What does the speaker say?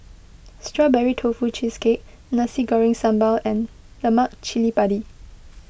Strawberry Tofu Cheesecake Nasi Goreng Sambal and Lemak Cili Padi